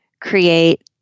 create